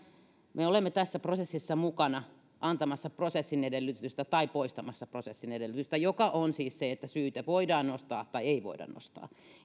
me olemme tässä prosessissa mukana antamassa prosessinedellytystä tai poistamassa prosessinedellytystä joka on siis se että syyte voidaan nostaa tai ei voida nostaa